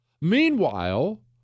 Meanwhile